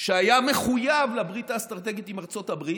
שהיה מחויב לברית האסטרטגית עם ארצות הברית,